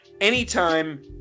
anytime